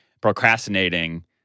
procrastinating